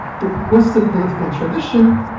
the western political tradition